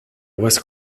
was